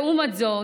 לעומת זאת,